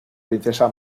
princesa